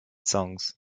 songs